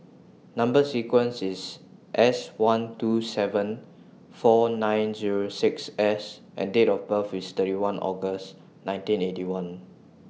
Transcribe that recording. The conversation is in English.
Number sequence IS S one two seven four nine Zero six S and Date of birth IS thirty one August nineteen Eighty One